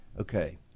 Okay